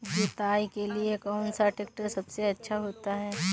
जुताई के लिए कौन सा ट्रैक्टर सबसे अच्छा होता है?